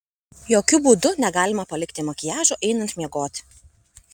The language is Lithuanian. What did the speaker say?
jokiu būdu negalima palikti makiažo einant miegoti